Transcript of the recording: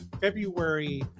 February